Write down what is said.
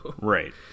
Right